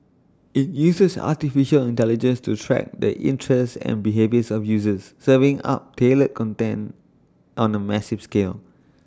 IT uses Artificial Intelligence to track the interests and behaviour of users serving up tailored content on A massive scale